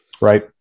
Right